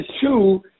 two